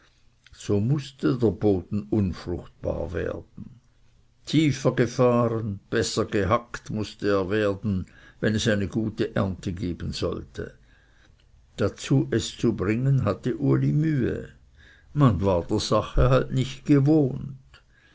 so mußte der boden unfruchtbar werden tiefer gefahren besser gehackt mußte er werden wenn es eine gute ernte geben sollte dazu es zu bringen hatte uli mühe man war der sache halt nicht gewohnt